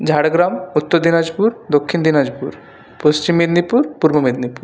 Jhargram Uttar Dinajpur Dakshin Dinajpur Paschim Medinipur Purba Medinipur